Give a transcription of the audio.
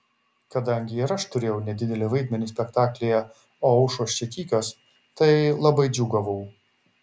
kadangi ir aš turėjau nedidelį vaidmenį spektaklyje o aušros čia tykios tai labai džiūgavau